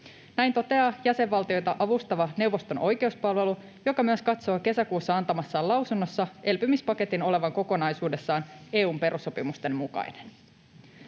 Näin toteaa jäsenvaltioita avustava neuvoston oikeuspalvelu, joka myös katsoo kesäkuussa antamassaan lausunnossa elpymispaketin olevan kokonaisuudessaan EU:n perussopimusten mukainen.